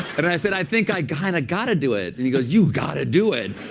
and i said, i think i kind of got to do it. and he goes, you've got to do it.